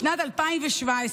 בשנת 2017,